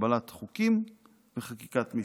קבלת חוקים וחקיקת משנה.